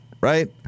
right